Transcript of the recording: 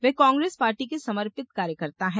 वे Congress party के समर्पित कार्यकर्ता हैं